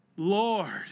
Lord